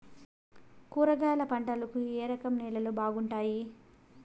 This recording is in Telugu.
కూరగాయల పంటలకు ఏ రకం నేలలు బాగుంటాయి?